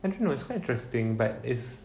I don't know it's quite interesting but it's